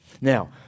Now